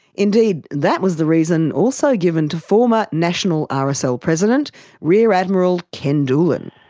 indeed that was the reason also given to former national ah rsl president rear admiral ken doolan.